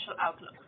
outlook